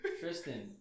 Tristan